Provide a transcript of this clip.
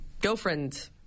girlfriend